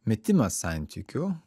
metimas santykių